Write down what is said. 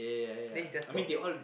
then he just stop